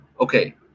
Okay